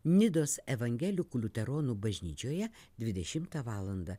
nidos evangelikų liuteronų bažnyčioje dvidešimtą valandą